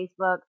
Facebook